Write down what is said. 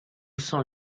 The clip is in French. sont